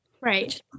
Right